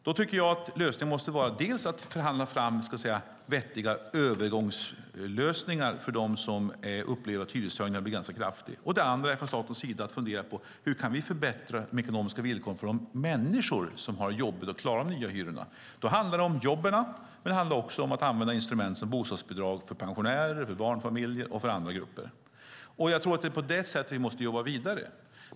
Då måste lösningen vara bland annat att förhandla fram vettiga övergångslösningar för dem som upplever att hyreshöjningarna blir ganska kraftiga. Dessutom måste man från statens sida fundera på hur man kan förbättra de ekonomiska villkoren för de människor som har svårt att klara av de nya hyrorna. Då handlar det om jobben. Men det handlar också om att använda instrument som bostadsbidrag för pensionärer, för barnfamiljer och för andra grupper. Jag tror att det är på detta sätt vi måste jobba vidare.